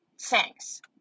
Thanks